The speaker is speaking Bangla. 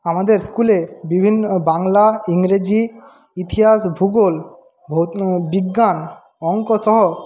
আমাদের স্কুলের বিভিন্ন বাংলা ইংরেজী ইতিহাস ভূগোল বিজ্ঞান অংক সহ